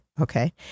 Okay